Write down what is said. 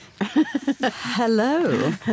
Hello